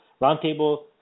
roundtable